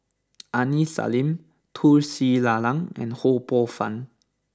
Aini Salim Tun Sri Lanang and Ho Poh Fun